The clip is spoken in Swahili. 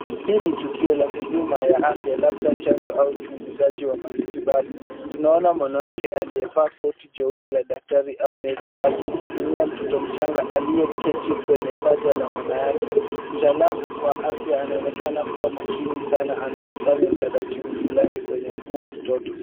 Hili ni tukio la huduma ya afya labda chanjo au uchunguzaji wa matibabu. Tunaona mwanamke aliyevaa jeupe la daktari au nesi akimhudumia mtoto mchanga aliyeketi kwenye paja la mama yake. Mtaalamu wa afya anaonekana kuwa makini sana anapofanya utaratibu fulani kwenye mguu wa mtoto.